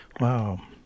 Wow